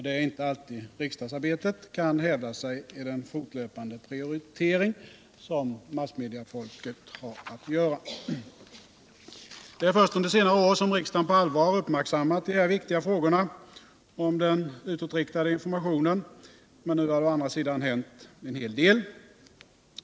Det är inte alltid riksdagsarbetet kan hävda sig i den fortlöpande prioritering som massmediafolket har att göra. Först under senare år har riksdagen på allvar uppmärksammat de här viktiga frågorna om den utåtriktade informationen, men nu har det å andra sidan hänt en hel del.